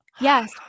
Yes